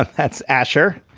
that's asher.